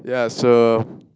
yeah it's a